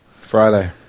Friday